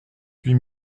huit